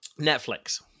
Netflix